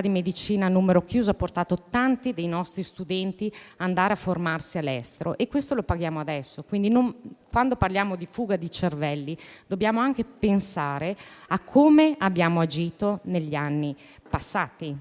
di medicina a numero chiuso hanno portato tanti dei nostri studenti ad andare a formarsi all'estero e questo lo paghiamo adesso. Quando parliamo di fuga dei cervelli, dobbiamo anche pensare a come abbiamo agito negli anni passati.